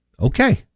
Okay